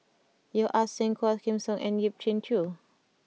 Yeo Ah Seng Quah Kim Song and Yip Pin Xiu